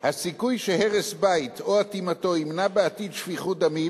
הסיכוי שהרס בית או אטימתו ימנעו בעתיד שפיכות דמים